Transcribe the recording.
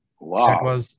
Wow